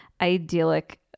idyllic